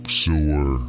sewer